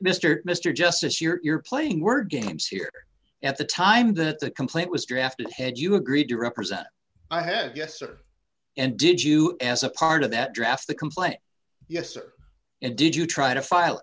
mr mr justice you're playing word games here at the time that the complaint was drafted had you agreed to represent i had yes or and did you as a part of that draft the complaint yes or and did you try to file